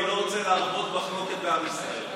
אני לא רוצה להרבות מחלוקת בעם ישראל.